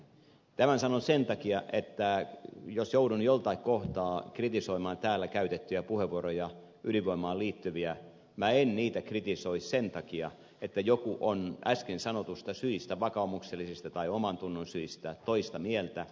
tämän sanon sen takia että jos joudun joltain kohtaa kritisoimaan täällä käytettyjä puheenvuoroja ydinvoimaan liittyviä minä en niitä kritisoi sen takia että joku on äsken sanotuista syistä vakaumuksellisista tai omantunnon syistä toista mieltä